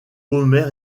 homer